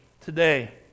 today